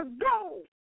go